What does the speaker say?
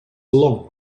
long